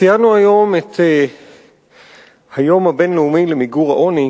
ציינו היום את היום הבין-לאומי למיגור העוני